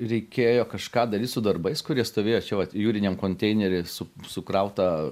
reikėjo kažką daryt su darbais kurie stovėjo čia vat jūriniam konteinery su sukrauta